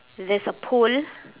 there's a pole